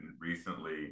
recently